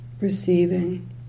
receiving